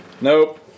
Nope